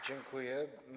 Dziękuję.